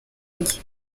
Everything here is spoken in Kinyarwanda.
njye